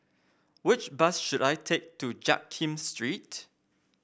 which bus should I take to Jiak Kim Street